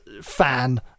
fan